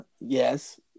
yes